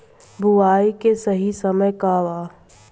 बुआई के सही समय का वा?